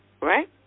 Right